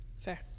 fair